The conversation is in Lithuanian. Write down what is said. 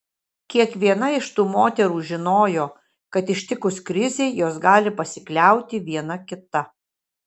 kiekviena iš tų moterų žinojo kad ištikus krizei jos gali pasikliauti viena kita